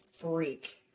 freak